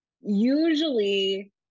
Usually